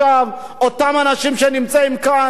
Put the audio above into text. נתייחס אליהם כמו שהתייחסו אלינו?